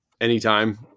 anytime